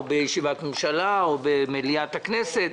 בישיבת ממשלה או במליאת הכנסת.